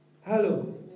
hello